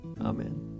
Amen